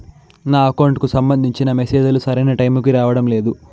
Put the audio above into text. నా అకౌంట్ కు సంబంధించిన మెసేజ్ లు సరైన టైము కి రావడం లేదు